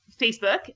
Facebook